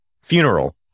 funeral